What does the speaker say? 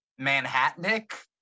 Manhattanic